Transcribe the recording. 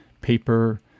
paper